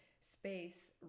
space